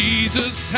Jesus